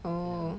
orh